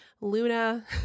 Luna